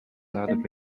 third